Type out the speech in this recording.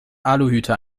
aluhüte